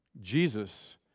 Jesus